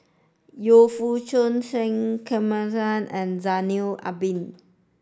Yu Foo Shoon K and Zainal Abidin